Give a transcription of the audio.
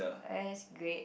that's great